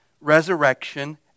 resurrection